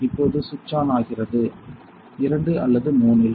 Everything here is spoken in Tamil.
இப்போது ஸ்விட்ச் ஆன் ஆகிறது Refer Time 1518 2 அல்லது 3 இல்